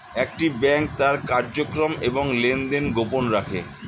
একটি ব্যাংক তার কার্যক্রম এবং লেনদেন গোপন রাখে